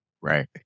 right